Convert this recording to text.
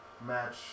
match